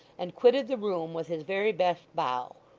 and quitted the room with his very best bow.